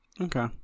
Okay